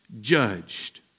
judged